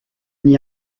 n’y